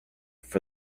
for